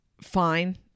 fine